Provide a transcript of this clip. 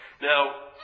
Now